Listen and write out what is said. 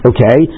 Okay